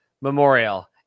Memorial